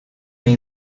may